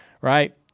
right